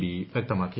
B വ്യക്തമാക്കി